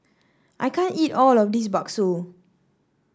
I can't eat all of this bakso